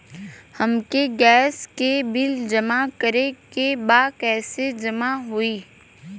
हमके गैस के बिल जमा करे के बा कैसे जमा होई?